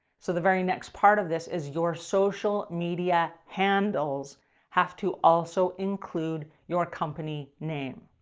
so the very next part of this is your social media handles have to also include your company name.